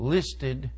Listed